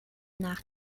nach